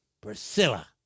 Priscilla